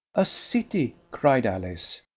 a city? cried alice.